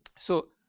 so,